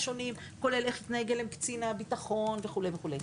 כולל איך התנהג אליהם קצין הביטחון וכו' וכו'.